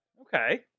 Okay